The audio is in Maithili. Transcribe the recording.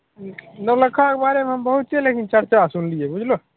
नौलखाके बारेमे हम बहुते लेकिन चर्चा सुनलियै बुझलहुँ